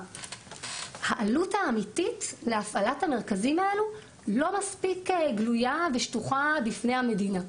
שהעלות האמיתית להפעלת המרכזים האלה לא מספיק גלויה ושטוחה בפני המדינה.